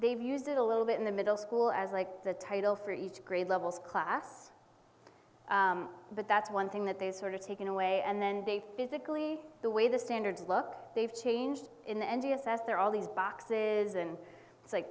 they've used it a little bit in the middle school as like the title for each grade level class but that's one thing that they sort of taken away and then they physically the way the standard look they've changed in the end d s s they're all these boxes and it's like